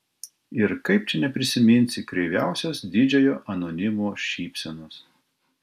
ir kaip čia neprisiminsi kreiviausios didžiojo anonimo šypsenos